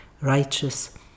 righteous